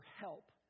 help